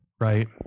Right